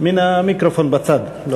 מן המיקרופון בצד.